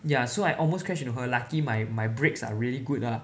ya so I almost crashed into her lucky my my breaks are really good lah